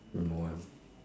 don't know eh